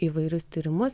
įvairius tyrimus